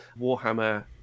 Warhammer